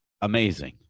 amazing